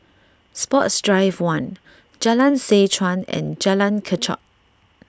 Sports Drive one Jalan Seh Chuan and Jalan Kechot